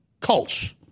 Cults